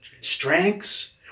strengths